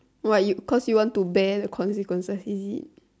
what cause you want to bear the consequences is it